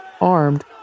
armed